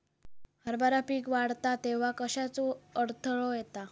हरभरा पीक वाढता तेव्हा कश्याचो अडथलो येता?